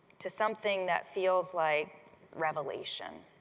to something that feels like revelation.